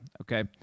okay